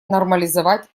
нормализовать